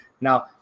Now